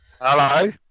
Hello